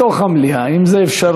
בתוך המליאה, אם זה אפשרי.